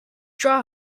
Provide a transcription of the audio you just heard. draw